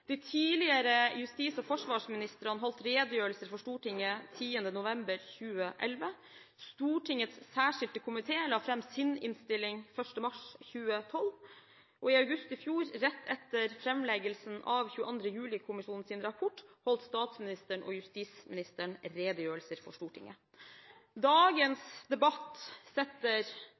Tidligere justisminister og forsvarsminister holdt redegjørelser for Stortinget den 10. november 2011, Stortingets særskilte komité la fram sin innstilling den 1. mars 2012, og i august i fjor, rett etter framleggelsen av 22. juli-kommisjonens rapport, holdt statsministeren og justisministeren redegjørelser for Stortinget. Dagens debatt setter